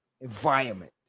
environment